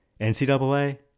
NCAA